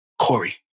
Corey